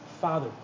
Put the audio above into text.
Father